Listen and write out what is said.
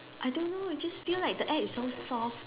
I don't know I just feel like the egg is so soft